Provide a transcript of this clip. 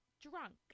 Drunk